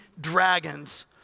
dragons